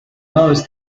most